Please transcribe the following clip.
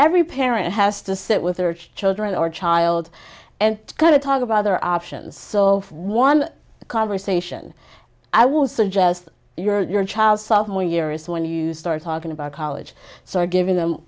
every parent has to sit with their children or child and kind of talk about their options so one conversation i would suggest your child sophomore year is when you start talking about college so giving them